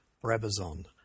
Brabazon